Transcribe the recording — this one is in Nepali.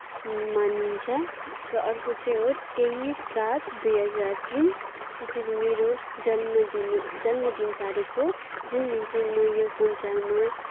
मानिन्छ र अर्को चाहिँ हो तेइस सात दुई हजार तिन त्यो चाहिँ मेरो जन्मदिन जन्मदिन तारिख हो जुन दिन चाहिँ म यो संसारमा